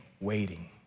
waiting